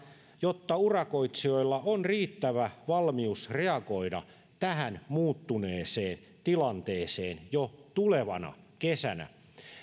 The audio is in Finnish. jotta urakoitsijoilla on riittävä valmius reagoida tähän muuttuneeseen tilanteeseen jo tulevana kesänä